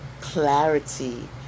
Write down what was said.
clarity